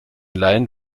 laien